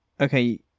Okay